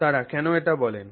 তারা কেন এটি বলেন